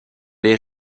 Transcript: les